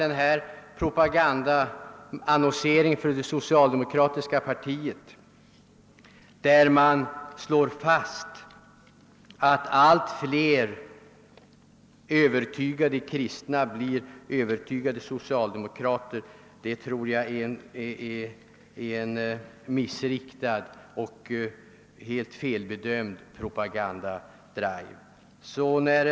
Däremot hävdar jag att — annon sen som slår fast att allt fler övertygade kristna blir övertygade socialdemokrater — är uttryck för en missriktad och felbedömd propagandadrive.